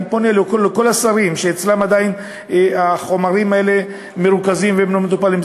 אני פונה לכל השרים שעדיין החומרים האלה מרוכזים אצלם והם לא מטופלים,